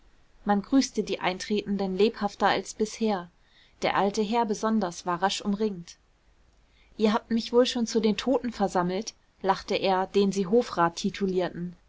man grüßte die eintretenden lebhafter als bisher der alte herr besonders war rasch umringt ihr habt mich wohl schon zu den toten versammelt lachte er den sie hofrat titulierten